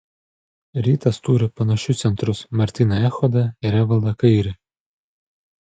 rytas turi panašius centrus martyną echodą ir evaldą kairį